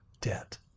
debt